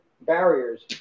barriers